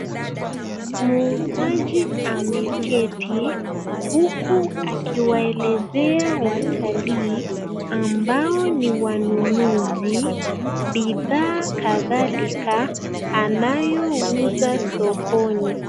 Muuzaji ameketi huku akiwaelezea watalii ambao ni wanunuzi bidhaa kadhalika anayouza sokoni.